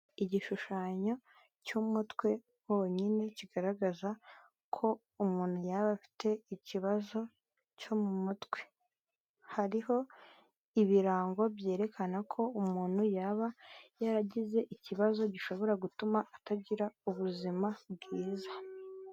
Igishushanyo cy'umutwe wonyine, kigaragaza ko umuntu yaba afite ikibazo cyo mu mutwe. Hariho ibirango byerekana ko umuntu yaba yaragize ikibazo gishobora gutuma atagira ubuzima bwiza.